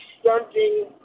stunting